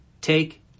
Take